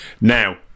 Now